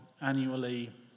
annually